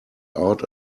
out